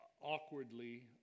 awkwardly